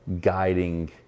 guiding